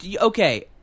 Okay